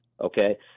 Okay